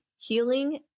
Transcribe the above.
healing